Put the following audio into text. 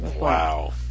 Wow